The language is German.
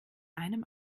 einem